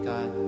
God